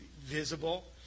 visible